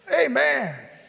Amen